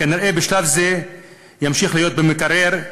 וכנראה בשלב הזה ימשיך להיות במקרר,